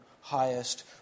highest